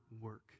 work